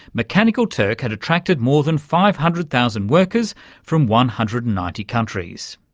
mechanical turk had attracted more than five hundred thousand workers from one hundred and ninety countries.